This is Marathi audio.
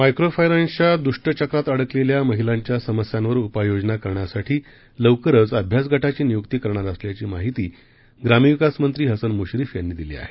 मायक्रो फायनान्सच्या दृष्टचक्रात अडकलेल्या महिलांच्या समस्यांवर उपाययोजना करण्यासाठी लवकरच अभ्यासगटाची नियुक्ती करणार असल्याची माहिती ग्रामविकास मंत्री हसन मुश्रीफ यांनी दिली आहे